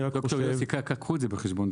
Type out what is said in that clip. קחו את זה בחשבון.